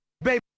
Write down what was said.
Baby